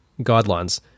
guidelines